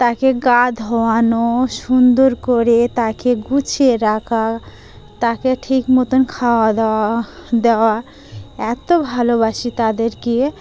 তাকে গা ধোয়ানো সুন্দর করে তাকে গুছিয়ে রাখা তাকে ঠিকমতোন খাওয়া দাওয়া দেওয়া এতো ভালোবাসি তাদেরকে